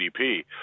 GDP